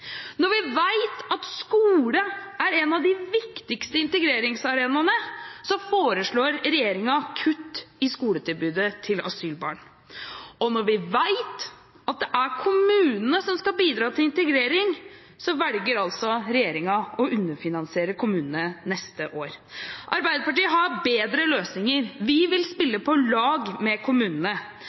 Når vi vet at skole er en av de viktigste integreringsarenaene, så foreslår regjeringen kutt i skoletilbudet til asylbarn. Og når vi vet at det er kommunene som skal bidra til integrering, så velger regjeringen å underfinansiere kommunene neste år. Arbeiderpartiet har bedre løsninger. Vi vil spille på lag med kommunene.